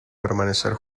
permanecer